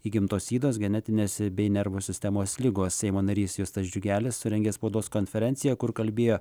įgimtos ydos genetinės bei nervų sistemos ligos seimo narys justas džiugelis surengė spaudos konferenciją kur kalbėjo